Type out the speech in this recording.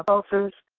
ulcers.